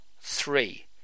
Three